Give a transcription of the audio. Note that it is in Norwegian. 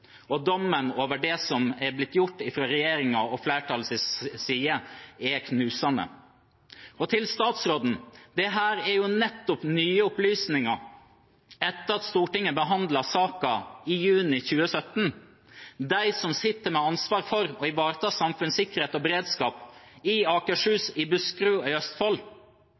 Og dommen over det som er blitt gjort fra regjeringens og flertallets side, er knusende. Til statsråden: Dette er nye opplysninger etter at Stortinget behandlet saken i juni 2017. De som sitter med ansvar for å ivareta samfunnssikkerhet og beredskap i Akershus, i Buskerud og i Østfold,